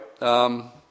right